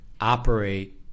operate